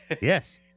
Yes